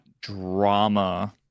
drama